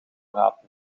rapen